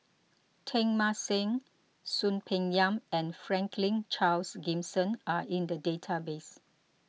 Teng Mah Seng Soon Peng Yam and Franklin Charles Gimson are in the database